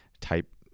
type